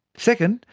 second,